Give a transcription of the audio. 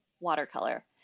watercolor